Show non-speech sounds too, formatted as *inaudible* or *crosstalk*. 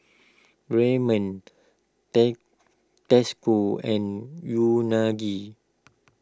Ramen *unintelligible* Tasco and Unagi